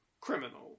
criminal